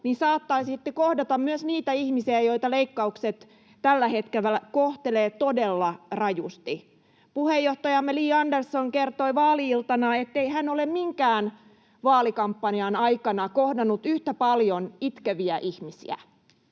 saattaisitte kohdata myös niitä ihmisiä, joita leikkaukset tällä hetkellä kohtelevat todella rajusti. Puheenjohtajamme Li Andersson kertoi vaali-iltana, ettei hän ole minkään vaalikampanjan aikana kohdannut yhtä paljon itkeviä ihmisiä